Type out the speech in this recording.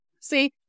See